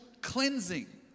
cleansing